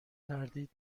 تردید